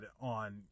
on